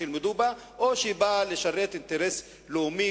או שהיא תבוא לשרת אינטרס לאומי,